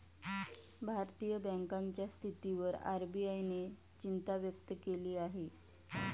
भारतीय बँकांच्या स्थितीवर आर.बी.आय ने चिंता व्यक्त केली आहे